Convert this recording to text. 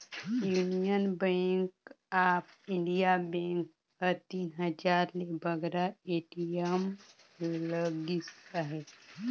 union Bank of India bank कर तीन हजार ले बगरा ए.टी.एम लगिस अहे